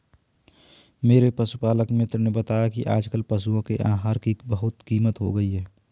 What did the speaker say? मेरे पशुपालक मित्र ने बताया कि आजकल पशुओं के आहार की कीमत बहुत अधिक हो गई है